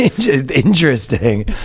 interesting